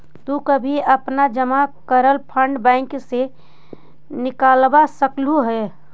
तु कभी अपना जमा करल फंड बैंक से निकलवा सकलू हे